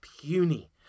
puny